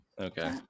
Okay